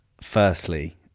Firstly